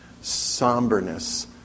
somberness